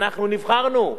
אנחנו נבחרנו,